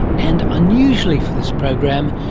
and unusually for this program,